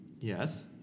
Yes